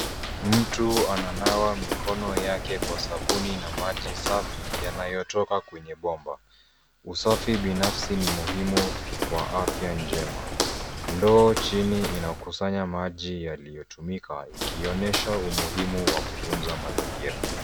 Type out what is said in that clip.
Mtu ananawa mikono yake kwa sabuni na maji safi yanayo toka kwenye bomba usafi binafsi ni muhimu kwa afya njema ndoo chini inakusanya maji yaliyo tumika ikionyesha umuhimu wa kutunza mazingira.